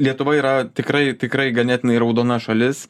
lietuva yra tikrai tikrai ganėtinai raudona šalis